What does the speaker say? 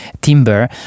timber